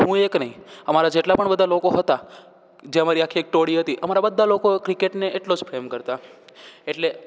અને હુ એક નહીં હમારા જેટલા પણ બધાં લોકો હતા જે અમારી આખી અમારી ટોળી હતી અમારા બધા લોકો ક્રિકેટને એટલો જ પ્રેમ કરતાં એટલે